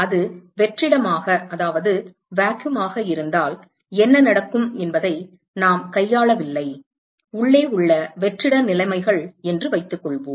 அது வெற்றிடமாக இருந்தால் என்ன நடக்கும் என்பதை நாம் கையாளவில்லை உள்ளே உள்ள வெற்றிட நிலைமைகள் என்று வைத்துக்கொள்வோம்